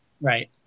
Right